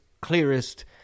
clearest